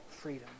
freedom